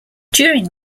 during